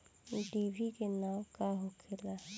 डिभी के नाव का होखेला?